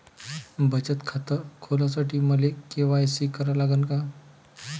बचत खात खोलासाठी मले के.वाय.सी करा लागन का?